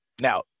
Now